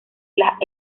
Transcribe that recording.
las